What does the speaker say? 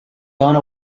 gone